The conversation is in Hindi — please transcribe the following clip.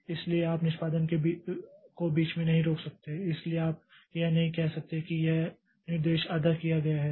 इसलिए आप निष्पादन को बीच में नहीं रोक सकते इसलिए आप यह नहीं कह सकते कि यह निर्देश आधा किया गया है